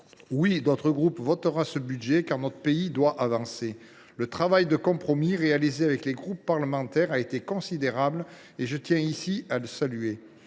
Oui, notre groupe votera ce budget, car notre pays doit avancer. Le travail de compromis réalisé avec les groupes parlementaires a été considérable, et je tiens ici à le saluer.